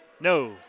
No